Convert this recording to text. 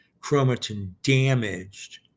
chromatin-damaged